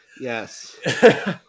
yes